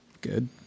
Good